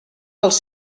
els